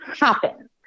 happen